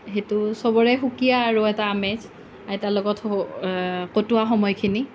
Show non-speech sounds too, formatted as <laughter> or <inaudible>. সেইটো সবৰে সুকীয়া আৰু এটা আমেজ আইতাৰ লগত <unintelligible> কটোৱা সময়খিনি